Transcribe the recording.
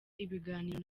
ibiganiro